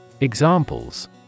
Examples